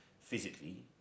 physically